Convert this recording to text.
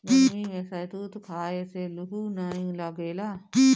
गरमी में शहतूत खाए से लूह नाइ लागेला